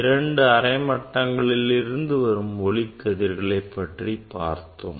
இரண்டு அரை வட்டங்களில் இருந்தும் வரும் ஒளிக் கதிர்களை பற்றி பார்த்தோம்